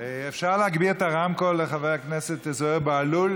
אפשר להגביר את הרמקול לחבר הכנסת זוהיר בהלול.